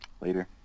Later